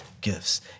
gifts